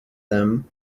them